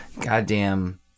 goddamn